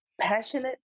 passionate